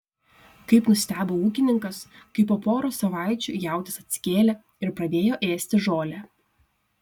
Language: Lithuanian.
kaip nustebo ūkininkas kai po poros savaičių jautis atsikėlė ir pradėjo ėsti žolę